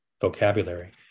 vocabulary